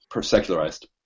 secularized